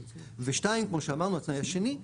ושתיים, כמו שאמרנו התנאי השני,